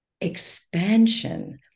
expansion